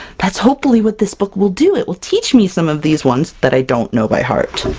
that's hopefully what this book will do! it will teach me some of these ones that i don't know by heart!